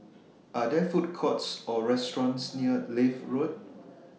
Are There Food Courts Or restaurants near Leith Road